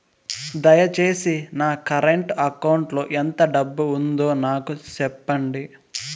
దయచేసి నా current account లో ఎంత డబ్బు ఉందో నాకు సెప్పండి